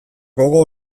gogo